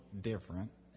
different